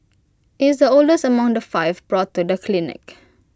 IT is the oldest among the five brought to the clinic